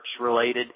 related